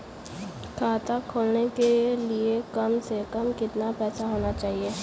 खाता खोलने के लिए कम से कम कितना पैसा होना चाहिए?